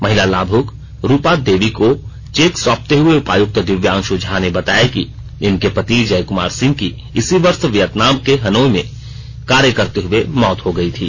महिला लाभुक रूपा देवी को चेक सौंपते हुए उपायुक्त दिव्यांशु झा ने बताया कि इनके पति जयकुमार सिंह की इसी वर्ष वियतनाम के हनोई में कार्य करते हुए मौत हो गई थी